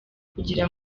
kugira